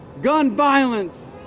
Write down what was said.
gun violence